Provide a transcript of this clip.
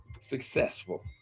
successful